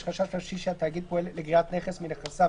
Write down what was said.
יש חשש ממשי שהתאגיד פועל לגריעת נכס מנכסיו